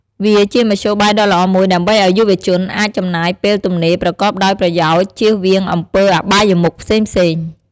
វាជាមធ្យោបាយដ៏ល្អមួយដើម្បីឱ្យយុវជនអាចចំណាយពេលទំនេរប្រកបដោយប្រយោជន៍ ជៀសវាងអំពើអបាយមុខផ្សេងៗ។